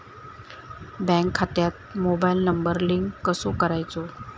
Bank खात्यात mobile number link कसो करायचो?